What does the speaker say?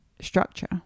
structure